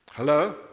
Hello